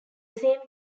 same